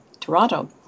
Toronto